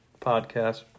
podcast